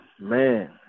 man